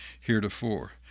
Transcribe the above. heretofore